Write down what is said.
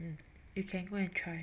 um you can go and try